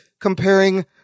comparing